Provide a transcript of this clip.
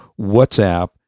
WhatsApp